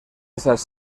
esas